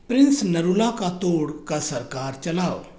Prince Narula का तोड़ का सरकार चलाओ